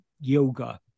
yoga